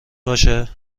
باشه